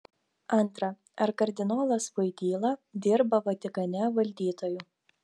antra ar kardinolas voityla dirba vatikane valdytoju